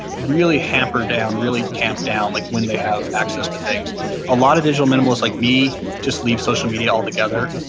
really hamper down, really tamp down like when they have access to things a lot of digital minimalists like me just leave social media altogether.